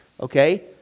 okay